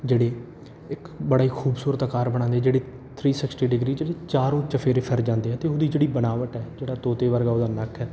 ਜਿਹੜੇ ਇੱਕ ਬੜੇ ਖੂਬਸੂਰਤ ਆਕਾਰ ਬਣਾਉਂਦੇ ਜਿਹੜੇ ਥਰੀ ਸਿਕਸਟੀ ਡਿਗਰੀ ਜਿਹੜੀ ਚਾਰੋ ਚੁਫੇਰੇ ਫਿਰ ਜਾਂਦੇ ਆ ਅਤੇ ਉਹਦੀ ਜਿਹੜੀ ਬਨਾਵਟ ਹੈ ਜਿਹੜਾ ਤੋਤੇ ਵਰਗਾ ਉਹਦਾ ਨੱਕ ਹੈ